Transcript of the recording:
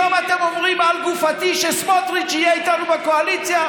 פתאום אתם אומרים: על גופתי שסמוטריץ' יהיה איתנו בקואליציה,